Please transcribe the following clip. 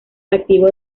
activo